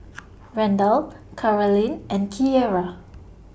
Randall Carolynn and Keira